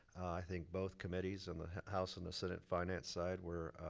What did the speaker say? i think both committees on the house and the senate finance side were